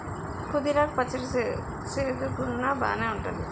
పుదీనా కు పచ్చడి సేదుగున్నా బాగేఉంటాది